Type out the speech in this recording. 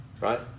Right